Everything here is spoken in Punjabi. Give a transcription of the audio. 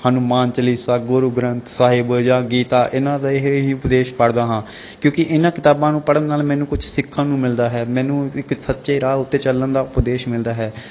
ਹਨੂੰਮਾਨ ਚਾਲੀਸਾ ਗੁਰੂ ਗ੍ਰੰਥ ਸਾਹਿਬ ਜਾਂ ਗੀਤਾ ਇਹਨਾਂ ਦਾ ਇਹ ਹੀ ਉਪਦੇਸ਼ ਪੜ੍ਹਦਾ ਹਾਂ ਕਿਉਂਕਿ ਇਹਨਾਂ ਕਿਤਾਬਾਂ ਨੂੰ ਪੜ੍ਹਨ ਨਾਲ ਮੈਨੂੰ ਕੁਛ ਸਿੱਖਣ ਨੂੰ ਮਿਲਦਾ ਹੈ ਮੈਨੂੰ ਇੱਕ ਸੱਚੇ ਰਾਹ ਉੱਤੇ ਚੱਲਣ ਦਾ ਉਪਦੇਸ਼ ਮਿਲਦਾ ਹੈ